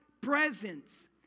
presence